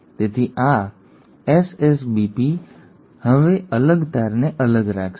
તેથી આ એસએસબીપી હવે અલગ તારને અલગ રાખશે